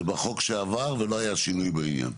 זה בחוק שעבר ולא היה שינוי בעניין.